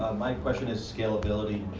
my question is scaleability